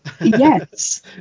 yes